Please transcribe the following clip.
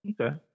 Okay